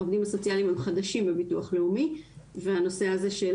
העובדים הסוציאליים הם חדשים בביטוח הלאומי והנושא הזה של